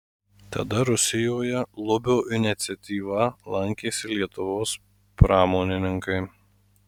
tada rusijoje lubio iniciatyva lankėsi lietuvos pramonininkai